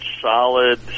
solid